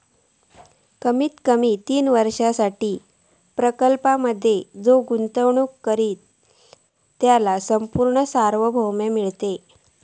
कमीत कमी तीन वर्षांसाठी प्रकल्पांमधे जो गुंतवणूक करित त्याका संपूर्ण सार्वभौम मिळतला